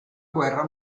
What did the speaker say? guerra